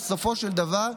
בסופו של דבר,